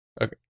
Okay